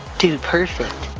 dude perfect.